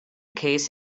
case